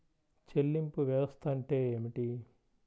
చెల్లింపు వ్యవస్థ అంటే ఏమిటి?